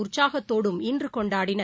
உற்சாகத்தோடும் இன்றகொண்டாடினர்